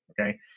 okay